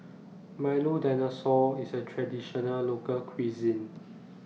Milo Dinosaur IS A Traditional Local Cuisine